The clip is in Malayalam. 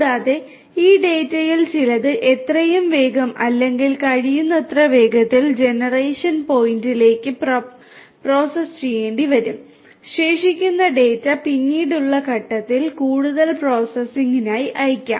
കൂടാതെ ഈ ഡാറ്റയിൽ ചിലത് എത്രയും വേഗം അല്ലെങ്കിൽ കഴിയുന്നത്ര വേഗത്തിൽ ജനറേഷൻ പോയിന്റിലേക്ക് പ്രോസസ്സ് ചെയ്യേണ്ടിവരും ശേഷിക്കുന്ന ഡാറ്റ പിന്നീടുള്ള ഘട്ടത്തിൽ കൂടുതൽ പ്രോസസ്സിംഗിനായി അയയ്ക്കാം